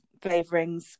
flavorings